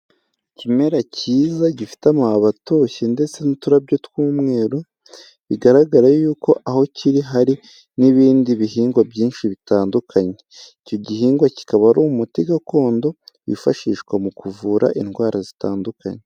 Ikimera kiza gifite amababi atoshye ndetse n'uturabyo tw'umweru, bigaragara yuko aho kiri hari n'ibindi bihingwa byinshi bitandukanye, icyo gihingwa kikaba ari umuti gakondo wifashishwa mu kuvura indwara zitandukanye.